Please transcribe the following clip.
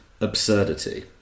absurdity